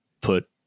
put